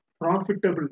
profitable